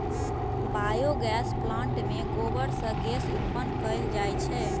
biogas plant मे गोबर सं गैस उत्पन्न कैल जाइ छै